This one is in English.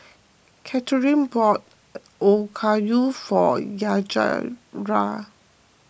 Catharine bought Okayu for Yajaira